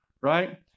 right